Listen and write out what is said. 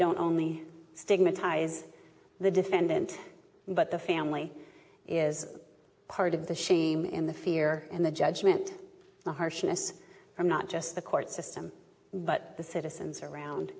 don't only stigmatize the defendant but the family is part of the shame in the fear and the judgment the harshness from not just the court system but the citizens around